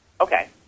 Okay